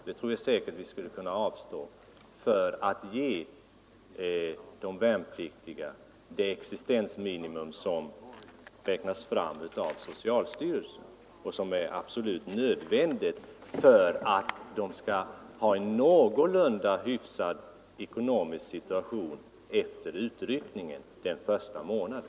Det skulle vi säkert kunna avstå för att ge de värnpliktiga det existensminimum som räknats fram av socialstyrelsen och som är absolut nödvändigt för att de skall få en någorlunda hyfsad ekonomisk situation den första månaden efter utryckningen.